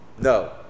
No